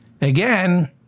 Again